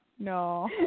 No